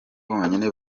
bonyine